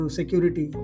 Security